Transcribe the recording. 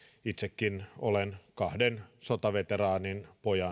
itsekin olen kahden sotaveteraanin